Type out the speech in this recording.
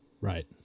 Right